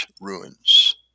ruins